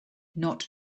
not